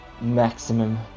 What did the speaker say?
maximum